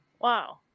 wow